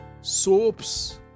soaps